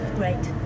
great